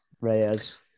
Reyes